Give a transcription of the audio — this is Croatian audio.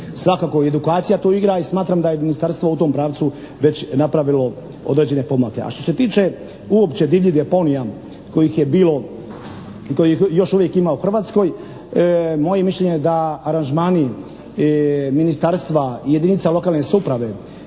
Svakako, i edukacija tu igra i smatram da je ministarstvo u tom pravcu već napravilo određene pomake. A što se tiče uopće divljih deponija kojih je bilo, kojih još uvijek ima u Hrvatskoj, moje mišljenje je da aranžmani ministarstva, jedinica lokalne samouprave